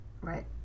right